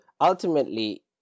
Ultimately